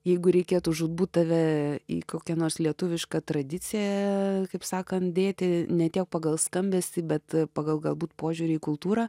jeigu reikėtų žūtbūt tave į kokią nors lietuvišką tradiciją kaip sakant dėti ne tiek pagal skambesį bet pagal galbūt požiūrį į kultūrą